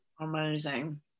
Amazing